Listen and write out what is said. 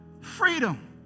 freedom